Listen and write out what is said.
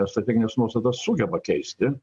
strategines nuostatas sugeba keisti